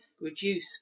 reduce